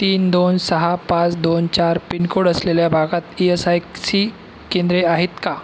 तीन दोन सहा पाच दोन चार पिनकोड असलेल्या भागात ई एस आय सी केंद्रे आहेत का